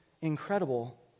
incredible